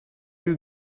you